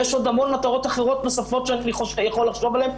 יש עוד המון מטרות אחרות נוספות שאני יכול לחשוב עליהם,